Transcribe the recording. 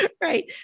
right